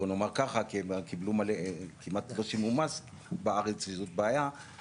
בוא נאמר ככה כמעט לא שילמו מס בארץ ואת התמלוגים